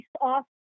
off